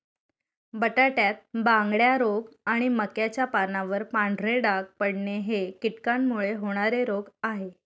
बटाट्यात बांगड्या रोग आणि मक्याच्या पानावर पांढरे डाग पडणे हे कीटकांमुळे होणारे रोग आहे